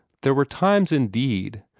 there were times, indeed,